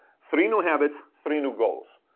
three new habits, three new goals.